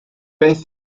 beth